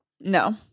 No